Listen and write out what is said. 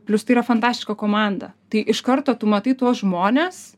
plius tai yra fantastiška komanda tai iš karto tu matai tuos žmones